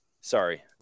Sorry